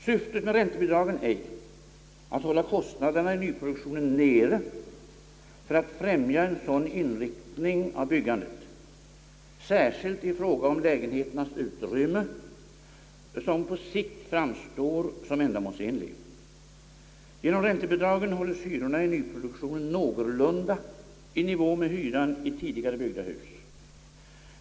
Syftet med räntebidragen är att hålla kostnaderna i nyproduktionen nere för att främja en sådan inriktning av byggandet, särskilt i fråga om lägenheternas utrymme, som på sikt framstår som ändamålsenlig. Genom räntebidragen hålls hyrorna i nyproduktionen någorlunda i nivå med hyran i tidigare byggda hus.